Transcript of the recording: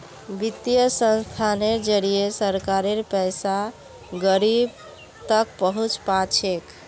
वित्तीय संस्थानेर जरिए सरकारेर पैसा गरीब तक पहुंच पा छेक